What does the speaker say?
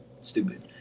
stupid